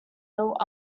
title